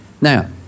Now